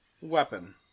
weapon